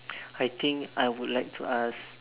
I think I would like to ask